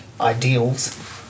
ideals